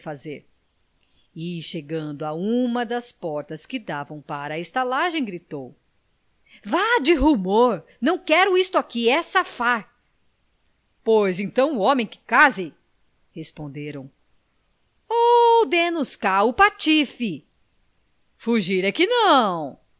fazer e chegando a uma das portas que davam para a estalagem gritou vá de rumor não quero isto aqui é safar pois então o homem que case responderam ou dê nos pra cá o patife fugir